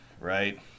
right